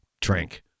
drink